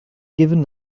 given